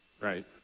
right